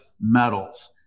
metals